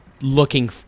looking